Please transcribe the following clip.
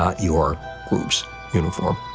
ah your group's uniform.